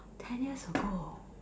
ten years ago